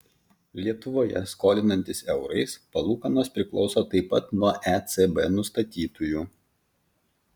lietuvoje skolinantis eurais palūkanos priklauso taip pat nuo ecb nustatytųjų